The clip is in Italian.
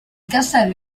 castello